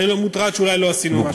אני מוטרד שאולי לא עשינו משהו.